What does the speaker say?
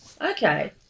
Okay